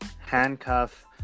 handcuff